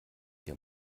der